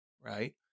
right